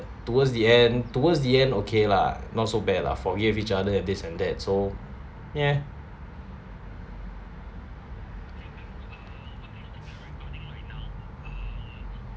towards the end towards the end okay lah not so bad lah forgave each other and this and that so ya